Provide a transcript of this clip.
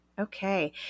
Okay